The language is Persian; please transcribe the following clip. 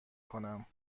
کنم